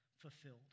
fulfilled